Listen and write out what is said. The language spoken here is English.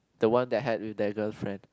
the one that had with their girlfriend